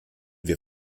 wir